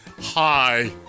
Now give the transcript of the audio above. hi